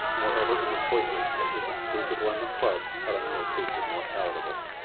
nor ever in the choicest of his exclusive london clubs had a meal tasted more palatable.